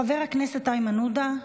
חבר הכנסת איימן עודה,